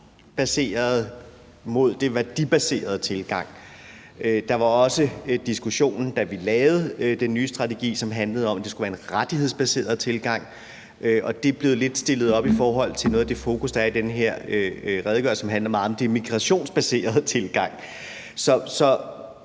interessebaserede mod den værdibaserede tilgang; der var også en diskussion, da vi lavede den nye strategi, som handlede om, at det skulle være en rettighedsbaseret tilgang, og det er lidt blevet stillet op i forhold til noget af det fokus, der er i den her redegørelse, som handler meget om den migrationsbaserede tilgang. Så